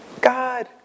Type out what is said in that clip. God